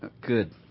Good